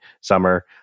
summer